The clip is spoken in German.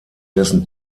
dessen